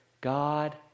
God